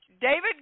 David